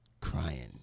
crying